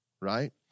right